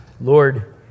Lord